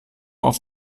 auf